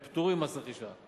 הם פטורים ממס רכישה.